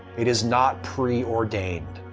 it is not preordained.